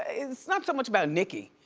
it's not so much about nicki,